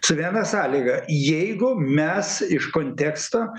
su viena sąlyga jeigu mes iš konteksto